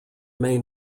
may